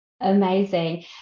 Amazing